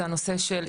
זה הנושא של,